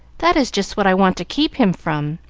that is just what i want to keep him from!